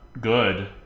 good